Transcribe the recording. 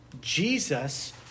Jesus